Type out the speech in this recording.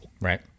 Right